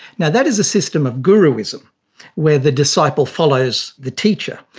now, that is a system of guruism where the disciple follows the teacher,